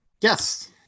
Yes